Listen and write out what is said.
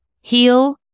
heal